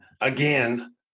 again